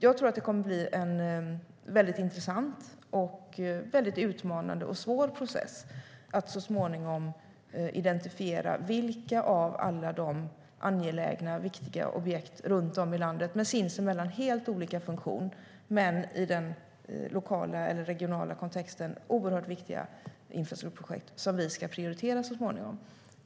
Jag tror att det kommer att bli en väldigt intressant och väldigt utmanande och svår process att så småningom identifiera vilka av alla de angelägna och viktiga objekt runt om i landet, med sinsemellan helt olika funktion men i den lokala eller regionala kontexten oerhört viktiga infrastrukturprojekt, som vi ska prioritera så småningom.